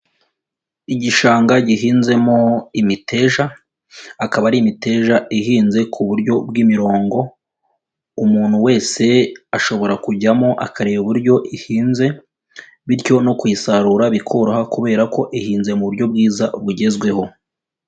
Igishanga gihinzemo imiteja, akaba ari imiteja ihinze ku buryo bw'imirongo, umuntu wese ashobora kujyamo akareba uburyo ihinze, bityo no kuyisarura bikoroha kubera ko ihinze mu buryo bwiza bugezweho.